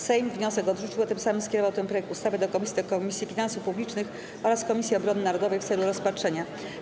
Sejm wniosek odrzucił, a tym samym skierował ten projekt ustawy do Komisji Finansów Publicznych oraz Komisji Obrony Narodowej w celu rozpatrzenia.